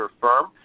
firm